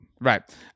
right